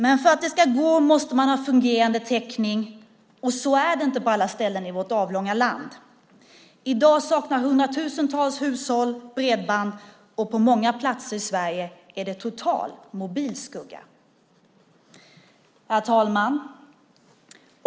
Men för att det ska gå måste det finnas fungerande täckning, och så är det inte på alla ställen i vårt avlånga land. I dag saknar hundratusentals hushåll bredband, och på många platser i Sverige är det total mobilskugga. Herr talman!